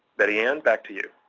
betty-ann, back to you.